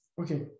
Okay